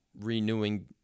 renewing